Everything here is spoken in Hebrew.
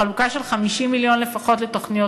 בחלוקה של 50 מיליון לפחות לתוכניות